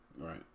Right